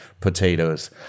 potatoes